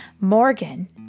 Morgan